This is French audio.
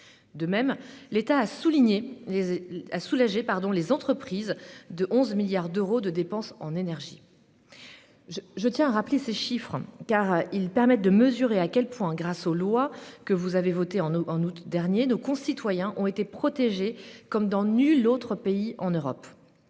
De même, l'État a allégé de 11 milliards d'euros les dépenses en énergie des entreprises. Je tiens à rappeler ces chiffres, car ils permettent de mesurer à quel point, grâce aux lois que vous avez votées au mois d'août dernier, nos concitoyens ont été protégés comme dans nul autre pays en Europe.